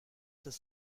his